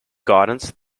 guidance